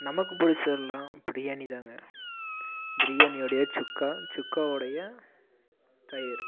நமக்கு பிடிச்சதெல்லாம் பிரியாணிதாங்க பிரியாணியுடைய சுக்கா சுக்காவுடைய தயிர்